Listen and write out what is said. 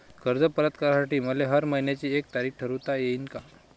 कर्ज परत करासाठी मले हर मइन्याची एक तारीख ठरुता येईन का?